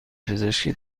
پزشکی